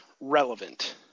relevant